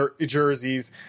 jerseys